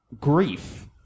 grief